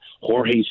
Jorge